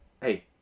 Hey